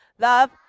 love